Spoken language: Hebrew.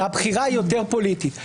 שהמושל היה דמוקרטי,